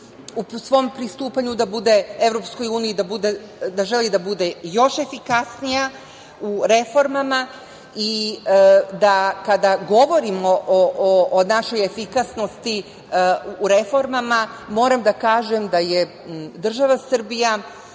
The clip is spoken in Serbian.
u svom pristupanju EU, da želi da bude još efikasnija u reformama. Kada govorimo o našoj efikasnosti u reformama moram da kažem da je država Srbija